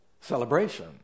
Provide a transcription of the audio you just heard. celebration